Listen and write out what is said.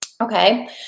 Okay